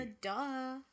Duh